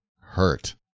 hurt